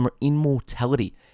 immortality